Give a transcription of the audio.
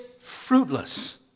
fruitless